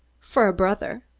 for a brother.